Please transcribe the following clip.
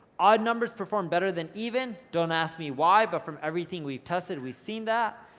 odd numbers perform better than even. don't ask me why, but from everything we've tested, we've seen that.